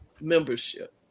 membership